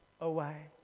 away